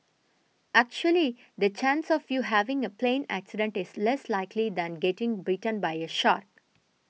actually the chance of you having a plane accident is less likely than getting bitten by a shark